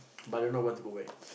but don't know want to go where